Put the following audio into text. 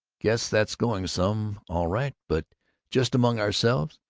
guess that's going some, all right but just among ourselves,